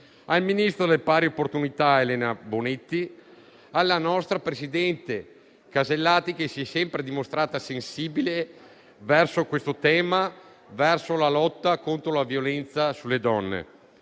al ministro per le pari opportunità Elena Bonetti; alla nostra presidente Casellati, che si è sempre dimostrata sensibile verso il tema della lotta contro la violenza sulle donne;